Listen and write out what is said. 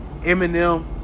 Eminem